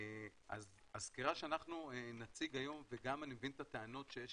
אז הסקירה שאנחנו נציג היום ואני מבין את הטענות שיש